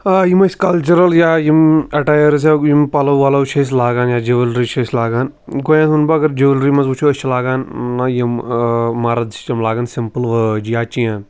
آ یِم أسۍ کَلچرَل یا یِم اَٹیٲرٕز یِم پَلو وَلو چھِ أسۍ لاگان یا جِولری چھِ أسۍ لاگان گۄڈنٮ۪تھ وَنہٕ بہٕ اَگَر جُوٮ۪لری منٛز وٕچھو أسۍ چھِ لاگان نہ یِم مَرٕد چھِ تِم لاگان سِمپٕل وٲج یا چین